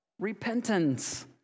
repentance